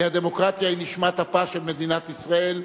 כי הדמוקרטיה היא נשמת אפה של מדינת ישראל,